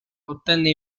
ottenne